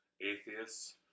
atheists